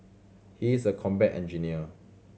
he is a combat engineer